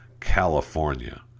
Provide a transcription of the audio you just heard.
California